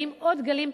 באים עוד גלים,